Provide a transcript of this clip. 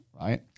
right